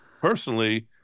personally